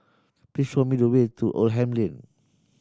please show me the way to Oldham Lane